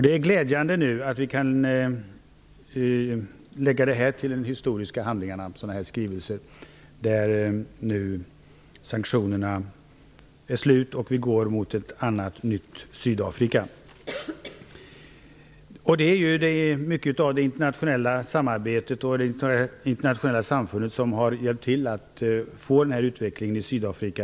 Det är glädjande att vi kan lägga sådana skrivelser till de historiska handlingarna. Sanktionerna är slut, och vi går mot ett nytt Sydafrika. Det internationella samarbetet och det internationella samfundet har hjälpt till att skapa denna utveckling i Sydafrika.